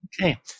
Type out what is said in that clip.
Okay